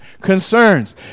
concerns